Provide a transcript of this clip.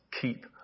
keep